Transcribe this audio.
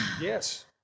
Yes